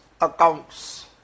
accounts